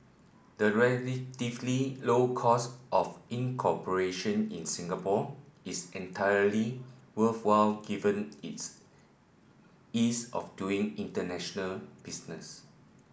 the relatively low cost of incorporation in Singapore is entirely worthwhile given its ease of doing international business